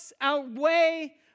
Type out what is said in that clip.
outweigh